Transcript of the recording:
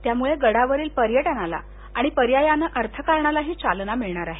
त्यामुळे गडावरील पर्यटनाला आणि अर्थकारणालाही चालना मिळणार आहे